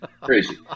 Crazy